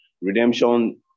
redemption